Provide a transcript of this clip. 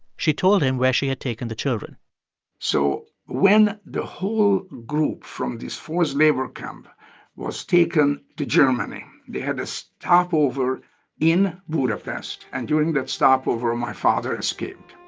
she told him where she had taken the children so when the whole group from this forced labor camp was taken to germany, they had a stopover in budapest. and during that stopover, my father escaped